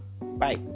bye